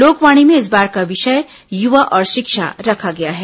लोकवाणी में इस बार का विषय युवा और शिक्षा रखा गया है